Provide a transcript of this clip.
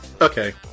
Okay